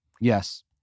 Yes